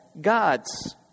God's